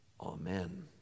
amen